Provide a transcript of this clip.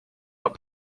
out